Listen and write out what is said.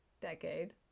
decade